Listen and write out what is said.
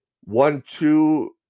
one-two